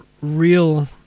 real